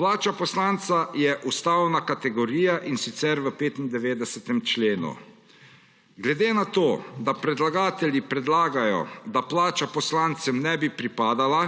Plača poslanca je ustavna kategorija, in sicer v 95. členu. Glede na to da predlagatelji predlagajo, da plača poslancem ne bi pripadala,